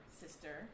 sister